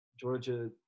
Georgia